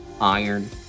iron